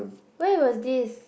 where was this